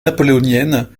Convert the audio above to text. napoléonienne